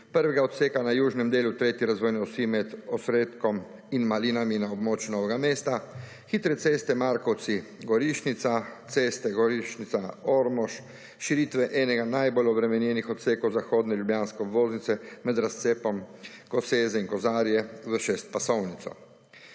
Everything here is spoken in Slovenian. prvega odseka na južnem delu tretje razvojne osi med Osredkom in Malinami na območju Novega mesta, hitre ceste Markovci-Gorišnica, ceste Gorišnica-Ormož, širitev enega najbolj obremenjenih odsekov zahodne ljubljanske obvoznice med razcepom Koseze in Kozarje v šestpasovnico.